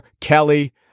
Kelly